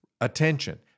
attention